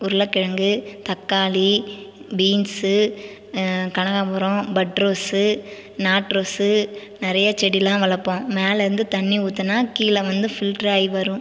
உருளைக்கிழங்கு தக்காளி பீன்சு கனகாம்பரம் பட் ரோசு நாட் ரோசு நிறைய செடிலாம் வளர்ப்போம் மேலேருந்து தண்ணி ஊற்றினா கீழே வந்து ஃபில்டராக வரும்